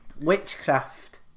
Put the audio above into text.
Witchcraft